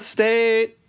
State